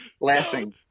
laughing